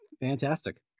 Fantastic